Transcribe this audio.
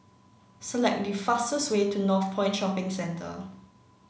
select the fastest way to Northpoint Shopping Centre